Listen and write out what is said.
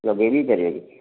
ଲଗେଇବି ପାରିବେ